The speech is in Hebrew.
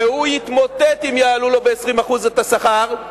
והוא יתמוטט אם יעלו לו ב-20% את השכר,